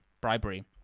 bribery